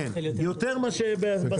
כן מאשר בשיא.